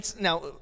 now